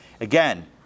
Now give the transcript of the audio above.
Again